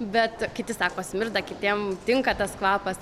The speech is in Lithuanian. bet kiti sako smirda kitiem tinka tas kvapas